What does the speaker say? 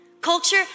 Culture